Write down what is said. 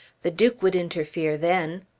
the duke would interfere then.